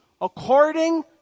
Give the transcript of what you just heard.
according